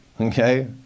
Okay